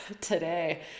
today